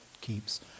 keeps